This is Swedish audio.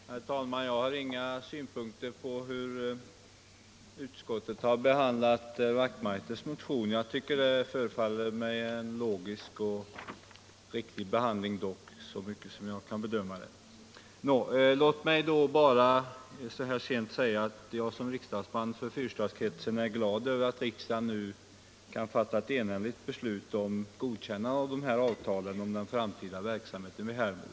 Herr talman! Jag har inga synpunkter på hur utskottet har behandlat herr Wachtmeisters motion. Utskottets behandling förefaller dock, såvitt jag kan bedöma den, riktig och logisk. Låt mig så här sent bara säga att jag som riksdagsman för fyrstadskretsen är glad över att riksdagen nu kan fatta ett enhälligt beslut om godkännande av avtalet om den framtida verksamheten vid Hermods.